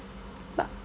ba~